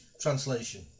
translation